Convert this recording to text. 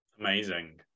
amazing